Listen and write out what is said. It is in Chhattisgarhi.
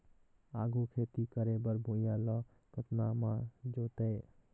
आघु खेती करे बर भुइयां ल कतना म जोतेयं?